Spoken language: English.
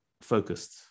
focused